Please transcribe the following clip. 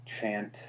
chant